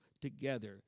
together